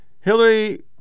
Hillary